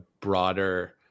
broader